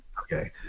Okay